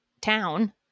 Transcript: town